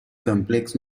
complex